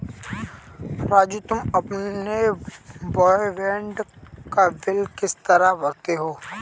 राजू तुम अपने ब्रॉडबैंड का बिल किस तरह भरते हो